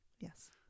Yes